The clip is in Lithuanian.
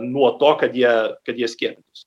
nuo to kad jie kad jie skiepytųsi